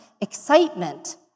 excitement